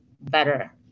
better